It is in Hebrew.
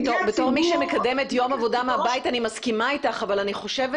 כמי שמקדמת יום עבודה מהבית אני מסכימה אתך אבל אני חושבת